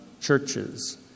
churches